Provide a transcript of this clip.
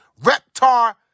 Reptar